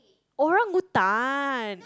orangutan